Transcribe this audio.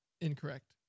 incorrect